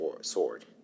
sword